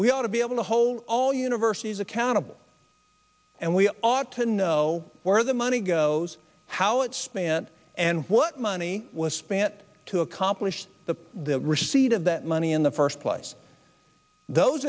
we ought to be able to hold all universities accountable and we ought to know where the money goes how it's spent and what money was spent to accomplish the receipt of that money in the first place those